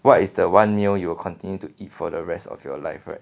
what is the one meal you will continue to eat for the rest of your life right